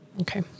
Okay